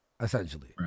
essentially